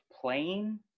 playing